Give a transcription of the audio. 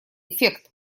эффект